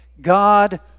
God